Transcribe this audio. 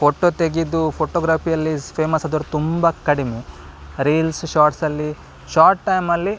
photo ತೆಗೆದು ಫೋಟೋಗ್ರಾಫಿಯಲ್ಲಿ famous ಅದಾರ ತುಂಬ ಕಡಿಮೆ ರೀಲ್ಸ್ ಶಾರ್ಟ್ಸಲ್ಲಿ ಶಾರ್ಟ್ ಟೈಮಲ್ಲಿ